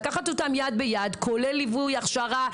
לקחת אותם יד ביד כולל ליווי והכשרה,